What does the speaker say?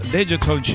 digital